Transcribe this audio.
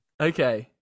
Okay